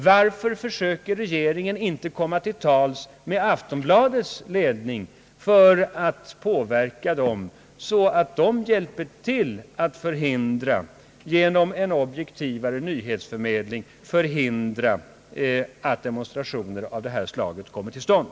Varför försöker inte regeringen komma till tals med Aftonbladets ledning för att påverka den så att den hjälper till att genom en objektivare nyhetsförmedling förhindra att demonstrationer av detta slag kommer till stånd?